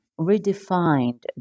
redefined